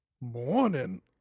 Morning